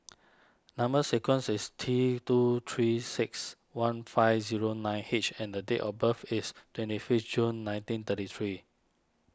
Number Sequence is T two three six one five zero nine H and date of birth is twenty fifth June nineteen thirty three